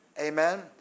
Amen